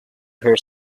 her